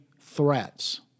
threats